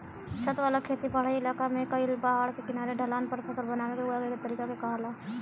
छत वाला खेती पहाड़ी क्इलाका में पहाड़ के किनारे ढलान पर फसल उगावे के तरीका के कहाला